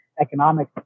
economic